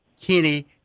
Kenny